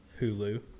Hulu